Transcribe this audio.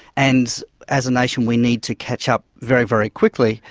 and as a nation we need to catch up very, very quickly,